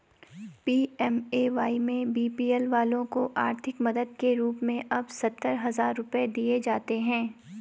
PMAY में BPL वालों को आर्थिक मदद के रूप में अब सत्तर हजार रुपये दिए जाते हैं